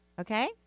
Okay